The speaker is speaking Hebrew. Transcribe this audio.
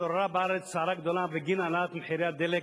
התעוררה בארץ סערה גדולה בגין העלאת מחירי הדלק.